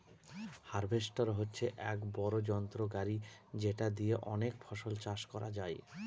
harvester হচ্ছে এক বড়ো যন্ত্র গাড়ি যেটা দিয়ে অনেক ফসল চাষ করা যায়